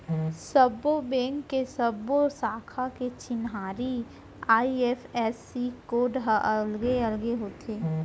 सब्बो बेंक के सब्बो साखा के चिन्हारी आई.एफ.एस.सी कोड ह अलगे अलगे होथे